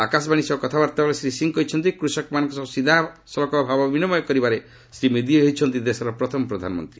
ଆକାଶବାଣୀ ସହ କଥାବାର୍ଭାବେଳେ ଶ୍ରୀ ସିଂ କହିଛନ୍ତି କୃଷକମାନଙ୍କ ସହ ସିଧାସଳଖ ଭାବ ବିନିମୟ କରିବାରେ ଶ୍ରୀ ମୋଦି ହେଉଛନ୍ତି ଦେଶର ପ୍ରଥମ ପ୍ରଧାନମନ୍ତ୍ରୀ